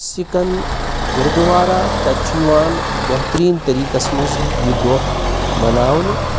سِکَن گُردُوارا تَتہِ چھُ یِوان بِہتریٖن طریٖقَس منٛز یِہ دۄہ مَناونہٕ